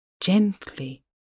gently